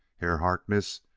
herr harkness,